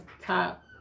top